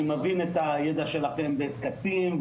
אני מבין את הידע שלכם בטקסים,